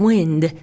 Wind